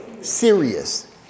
Serious